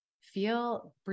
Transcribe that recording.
feel